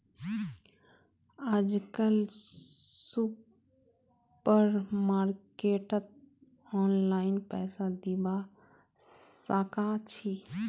आजकल सुपरमार्केटत ऑनलाइन पैसा दिबा साकाछि